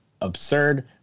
absurd